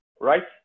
right